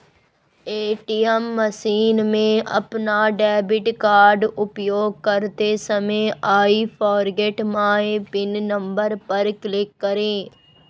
ATM मशीन में अपना डेबिट कार्ड उपयोग करते समय I forget my pin number पर क्लिक करें